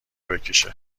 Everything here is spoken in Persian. بکشه